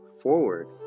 forward